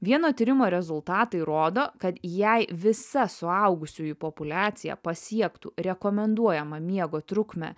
vieno tyrimo rezultatai rodo kad jei visa suaugusiųjų populiacija pasiektų rekomenduojamą miego trukmę